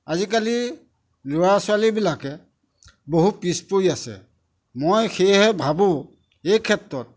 আজিকালি ল'ৰা ছোৱালীবিলাকে বহু পিছ পৰি আছে মই সেয়েহে ভাবোঁ এই ক্ষেত্ৰত